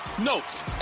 notes